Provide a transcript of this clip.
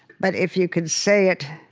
but if you can say it